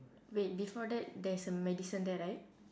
wait before that there's a medicine there right